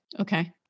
Okay